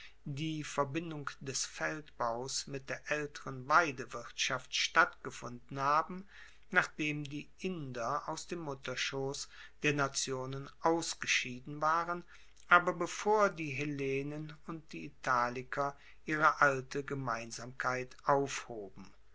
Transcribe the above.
die verbindung des feldbaus mit der aelteren weidewirtschaft stattgefunden haben nachdem die inder aus dem mutterschoss der nationen ausgeschieden waren aber bevor die hellenen und die italiker ihre alte gemeinsamkeit aufhoben